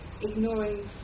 ignoring